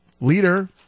leader